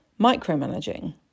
micromanaging